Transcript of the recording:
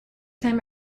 time